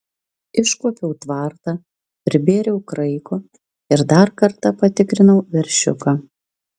iškuopiau tvartą pribėriau kraiko ir dar kartą patikrinau veršiuką